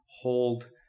hold